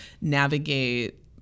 navigate